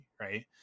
right